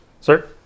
Sir